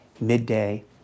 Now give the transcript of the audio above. midday